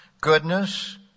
goodness